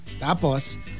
Tapos